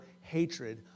hatred